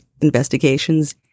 investigations